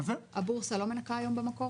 הבורסה היום לא מנכה במקור?